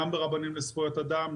וגם ברבנים לזכויות אדם.